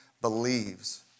believes